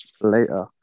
later